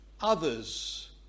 others